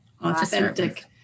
Authentic